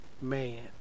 man